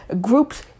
groups